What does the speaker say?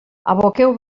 aboqueu